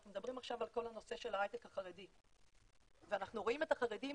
אנחנו מדברים עכשיו על כל נושא ההייטק החרדי ואנחנו רואים את החרדים